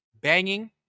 Banging